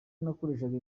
nakoreshaga